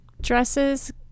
dresses